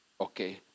Okay